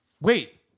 Wait